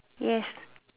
yes